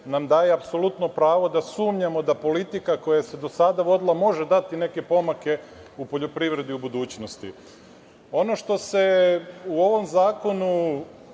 nam daje apsolutno pravo da sumnjamo da politika koja se do sada vodila, može dati neke pomake u poljoprivredi u budućnosti. Ono što se u ovom zakonu